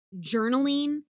journaling